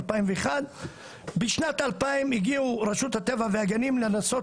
2001. בשנת 2000 הגיעו רשות הטבע והגנים לנסות